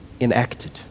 enacted